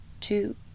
Two